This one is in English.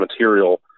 material